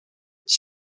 ich